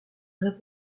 très